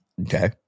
Okay